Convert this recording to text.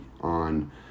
on